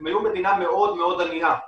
הם היו מדינה מאוד מאוד ענייה,